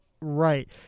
right